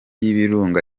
y’ibirunga